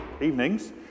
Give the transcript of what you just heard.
evenings